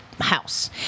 house